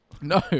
No